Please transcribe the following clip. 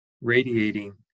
radiating